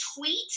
tweet